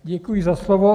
Děkuji za slovo.